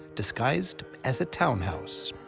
disguised as a townhouse.